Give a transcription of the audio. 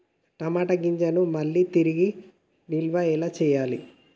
టమాట గింజలను మళ్ళీ తిరిగి నిల్వ ఎలా చేయాలి?